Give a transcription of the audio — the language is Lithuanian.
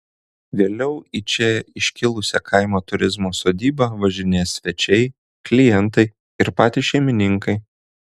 vėliau į čia iškilusią kaimo turizmo sodybą važinės svečiai klientai ir patys šeimininkai